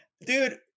Dude